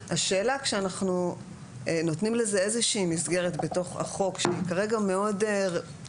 כשאנחנו נותנים לזה איזושהי מסגרת בתוך החוק שהיא כרגע רעועה,